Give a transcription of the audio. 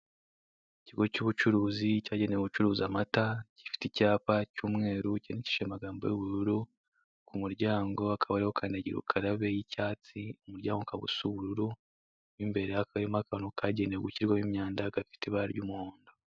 Ikigo cy'ubucuruzi cyagenewe gucuruza amata, gifite icyapa cy'umweru cyandikishije amagambo y'ubururu, ku muryango hakaba hariho kandagira ukarabe y'icyatsi. Umuryango ukaba usa ubururu, mo imbere hakaba harimo akantu kagenewe gushyirwaho imyanda gafite ibara ry'umuhondo.